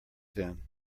then